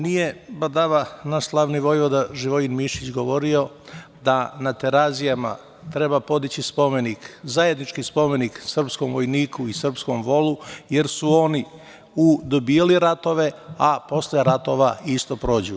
Nije badava naš slavni vojvoda Živojin Mišić govorio da na Terazijama treba podići spomenik, zajednički spomenik srpskom vojniku i srpskom volu, jer su oni dobijali ratove, a posle ratova isto prođu.